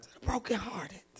Brokenhearted